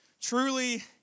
Truly